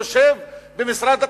יושב במשרד הפנים.